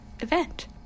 event